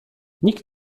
nikt